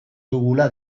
dugula